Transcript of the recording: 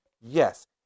Yes